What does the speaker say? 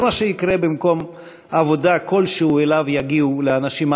זה מה שיקרה במקום עבודה כלשהו שאליו יגיעו אנשים.